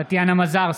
טטיאנה מזרסקי,